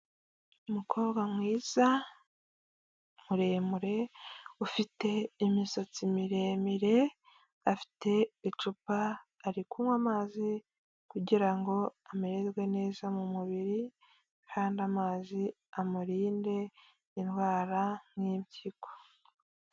Umukobwa mwiza muremure ufite imisatsi miremire, afite icupa ari kunywa amazi kugira ngo amererwe neza mu mubiri, kandi amazi amurinde indwara nk'impyiko.